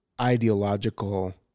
ideological